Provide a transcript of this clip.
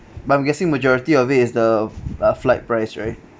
but I'm guessing majority of it is the uh flight price right